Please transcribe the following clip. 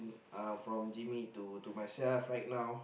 uh from Jaime to myself right now